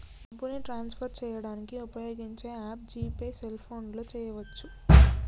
డబ్బుని ట్రాన్స్ఫర్ చేయడానికి ఉపయోగించే యాప్ జీ పే సెల్ఫోన్తో చేయవచ్చు